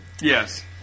Yes